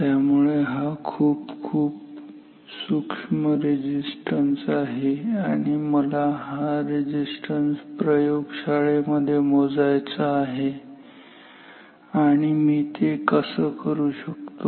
त्यामुळे हा खूप खूप सूक्ष्म रेझिस्टन्स आहे आणि मला हा रेझिस्टन्स प्रयोगशाळेमध्ये मोजायचा आहे आणि मी ते कसे करू शकतो